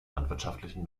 landwirtschaftlichen